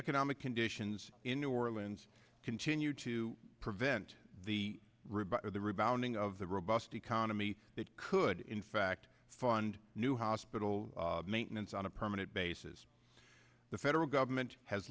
economic conditions in new orleans continue to prevent the river the rebounding of the robust economy that could in fact fund new hospital maintenance on a permanent basis the federal government has